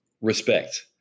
respect